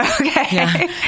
okay